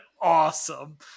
awesome